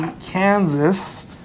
Kansas